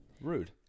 Rude